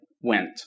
went